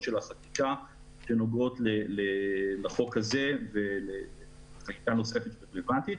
של החקיקה שנוגעות לחוק הזה ולחקיקה נוספת רלוונטית.